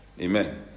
Amen